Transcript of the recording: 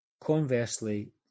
Conversely